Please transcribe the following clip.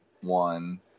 one